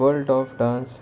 world of dance